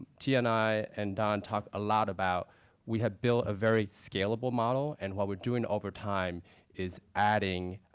tia, and i, and don talk a lot about we have built a very scalable model. and what we're doing over time is adding